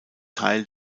teil